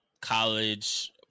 college